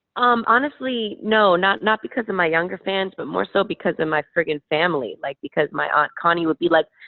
um honestly, no. not not because of my younger fans, but more so, because of ah my friggin' family. like, because my aunt connie would be like,